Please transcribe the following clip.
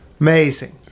Amazing